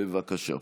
בבקשה.